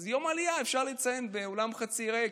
אז את יום העלייה אפשר לציין באולם חצי ריק,